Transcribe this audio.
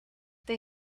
they